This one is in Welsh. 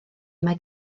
mae